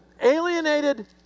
Alienated